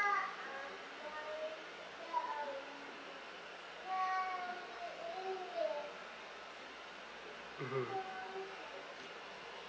mmhmm